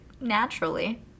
naturally